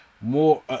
more